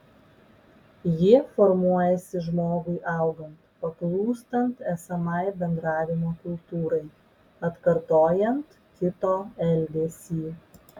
ji formuojasi žmogui augant paklūstant esamai bendravimo kultūrai atkartojant kito elgesį